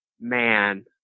man